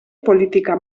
politika